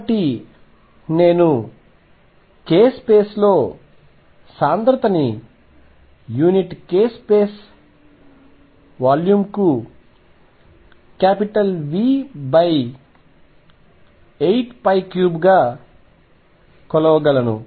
కాబట్టి నేను k స్పేస్లో సాంద్రతని యూనిట్ k స్పేస్ వాల్యూమ్కు V83 గా కొలవగలను